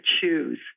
choose